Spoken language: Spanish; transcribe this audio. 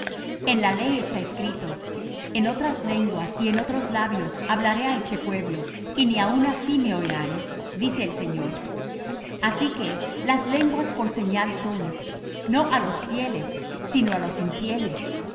en la ley está escrito en otras lenguas y en otros labios hablaré á este pueblo y ni aun así me oirán dice el señor así que las lenguas por señal son no á los fieles sino á los infieles